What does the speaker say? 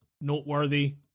noteworthy